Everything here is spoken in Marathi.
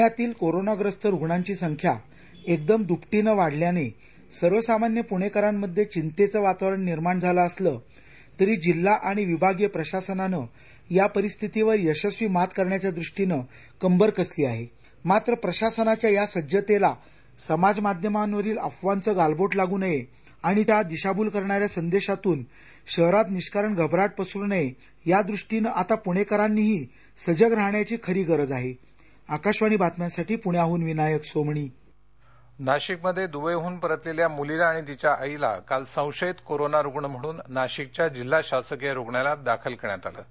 पुण्यातील कोरोना ग्रस्त रुग्णांची संख्या एकदम दुपटीने वाढल्यान सर्वसामान्य पुणेकरांना मध्ये चिंतेचा वातावरण निर्माण झाला असला तरी जिल्हा आणि विभागीय प्रशासनाने या परिस्थितीवर यशस्वी मात करण्यासाठी कंबर कसली आहे मात्र प्रशासनाच्या या सज्ज तेला समाज माध्यमांवरील अफवांचा गालबोट लागू नये आणि चुकीच्या दिशाभूल करणाऱ्या संदेशातून शहरात निष्कारण घबराट पसरू नये या दृष्टीने आता पुणेकरांनी सजग राहण्याची खरी गरज आहे आकाशवाणी बातम्यांसाठी प्ण्याहन विनायक सोमणी नाशिकमध्ये दुवईमधून परतलेल्या मुलीला आणि तिच्या आईला काल संशयित कोरोना रूग्ण म्हणून नाशिकच्या जिल्हा शासकिय रूग्णालयात दाखल करण्यात आलं आहे